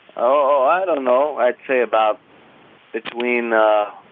oh i don't know, i'd say about between ahh,